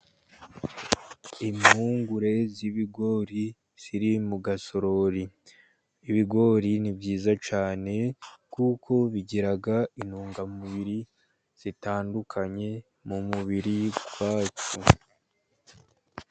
Impungure z'ibigori ziri mu gasorori ,ibigori ni byiza cyane kuko bigira intungamubiri zitandukanye mu mubiri wacu.